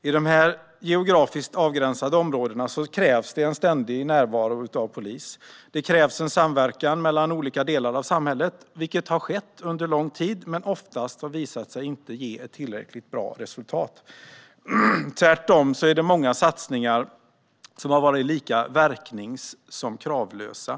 I dessa geografiskt avgränsade områden krävs en ständig närvaro av polis. Det krävs en samverkan mellan olika delar av samhället, vilket har skett under lång tid, men oftast har det visat sig inte ge ett tillräckligt bra resultat. Tvärtom har många satsningar varit lika verknings som kravlösa.